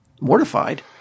mortified